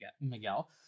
Miguel